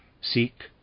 seek